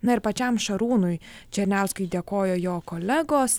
na ir pačiam šarūnui černiauskui dėkojo jo kolegos